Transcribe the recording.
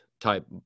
type